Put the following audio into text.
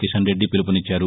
Kishan Reddy విలువునిచ్ఛారు